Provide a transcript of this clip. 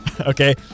Okay